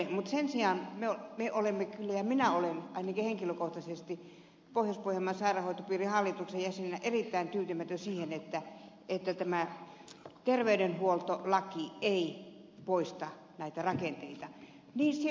mutta sen sijaan me olemme kyllä ja ainakin minä henkilökohtaisesti olen pohjois pohjanmaan sairaanhoitopiirin hallituksen jäsenenä erittäin tyytymätön siihen että tämä terveydenhuoltolaki ei poista näitä rakenteita